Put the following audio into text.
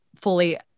fully